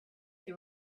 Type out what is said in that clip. they